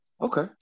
Okay